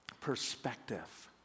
perspective